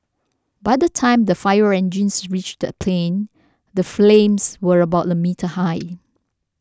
by the time the fire engines reached the plane the flames were about a meter high